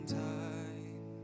time